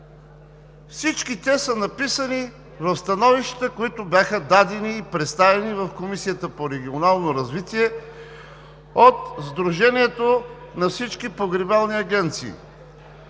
всички те са написани в становищата, които бяха дадени и представени в Комисията по регионално развитие и благоустройство, от Сдружението на всички погребални агенции.